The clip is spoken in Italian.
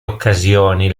occasioni